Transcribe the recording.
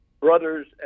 Brothers